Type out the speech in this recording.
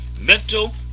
mental